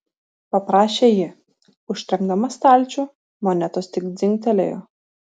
paprašė ji užtrenkdama stalčių monetos tik dzingtelėjo